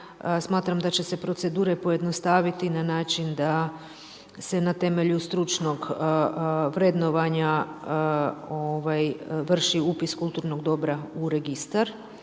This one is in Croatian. smatram da će se procedure pojednostaviti na način da se na temelju stručnog vrednovanja vrši upis kulturnog dobra u registar,